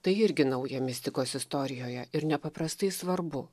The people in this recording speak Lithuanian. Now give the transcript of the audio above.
tai irgi nauja mistikos istorijoje ir nepaprastai svarbu